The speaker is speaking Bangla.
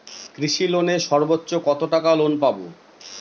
কৃষি লোনে সর্বোচ্চ কত টাকা লোন পাবো?